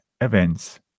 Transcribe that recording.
events